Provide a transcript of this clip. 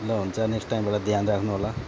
ल हुन्छ नेक्स्ट टाइमबाट ध्यान राख्नु होला